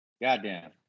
goddamn